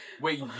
Wait